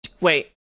Wait